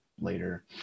later